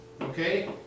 okay